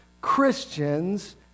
Christians